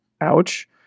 Ouch